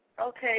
okay